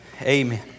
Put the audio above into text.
amen